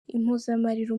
impozamarira